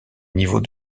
niveau